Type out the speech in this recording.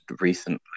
recently